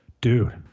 dude